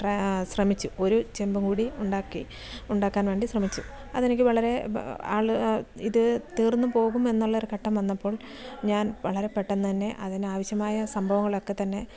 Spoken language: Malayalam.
ട്ര ശ്രമിച്ചു ഒരു ചെമ്പും കൂടി ഉണ്ടാക്കി ഉണ്ടാക്കാൻ വേണ്ടി ശ്രമിച്ചു അതെനിക്ക് വളരെ ആൾ ഇത് തീർന്ന് പോകുമെന്നുള്ളൊരു ഘട്ടം വന്നപ്പോൾ ഞാൻ വളരെ പെട്ടന്ന് തന്നെ അതിനാവശ്യമായ സംഭവങ്ങളൊക്കെ തന്നെ